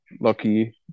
lucky